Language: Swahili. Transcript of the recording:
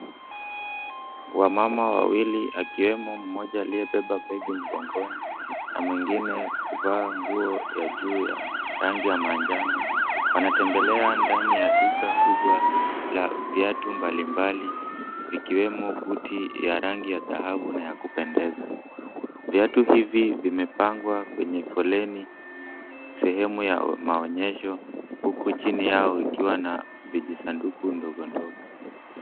Wamama wawili akiwemo mmoja aliyebeba begi mgongoni na mwengine kuvaa nguo ya juu ya rangi ya manjano. Wanatembelea ndani ya duka kubwa la viatu mbalimbali vikiwemo buti ya rangi ya dhahabu na ya kupendeza. Viatu hivi vimepangwa kwenye foleni sehemu ya maonyesho huku chini yao ikiwa na vijisanduku ndogo ndogo.